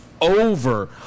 over